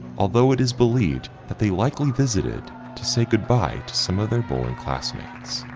although it is believed that they likely visited to say goodbye to some of their bowling classmates.